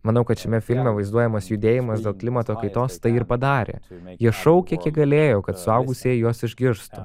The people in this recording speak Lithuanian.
manau kad šiame filme vaizduojamas judėjimas dėl klimato kaitos tai ir padarė jie šaukė kiek galėjo kad suaugusieji juos išgirstų